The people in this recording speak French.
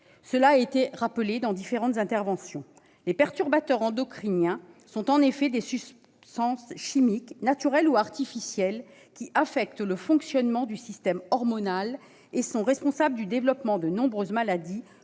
la santé. Bien des choses ont déjà été dites. Les perturbateurs endocriniens sont en effet des substances chimiques, naturelles ou artificielles, qui affectent le fonctionnement du système hormonal et sont responsables du développement de nombreuses maladies,